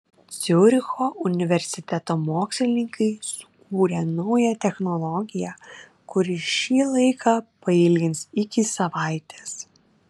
ciuricho universiteto mokslininkai sukūrė naują technologiją kuri šį laiką pailgins iki savaitės